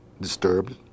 disturbed